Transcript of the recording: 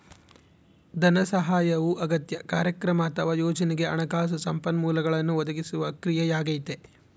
ಧನಸಹಾಯವು ಅಗತ್ಯ ಕಾರ್ಯಕ್ರಮ ಅಥವಾ ಯೋಜನೆಗೆ ಹಣಕಾಸು ಸಂಪನ್ಮೂಲಗಳನ್ನು ಒದಗಿಸುವ ಕ್ರಿಯೆಯಾಗೈತೆ